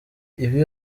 ibi